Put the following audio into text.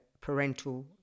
parental